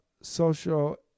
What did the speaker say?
social